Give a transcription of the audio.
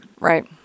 right